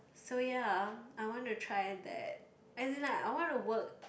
so ya I want to try that as in like I want to work